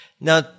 Now